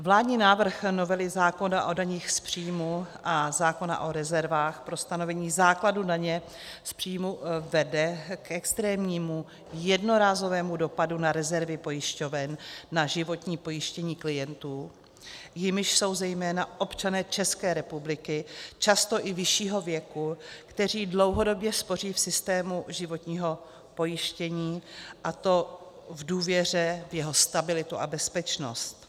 Vládní návrh novely zákona o daních z příjmů a zákona o rezervách pro stanovení základu daně z příjmů vede k extrémnímu, jednorázovému dopadu na rezervy pojišťoven na životní pojištění klientů, jimiž jsou zejména občané České republiky, často i vyššího věku, kteří dlouhodobě spoří v systému životního pojištění, a to v důvěře v jeho stabilitu a bezpečnost.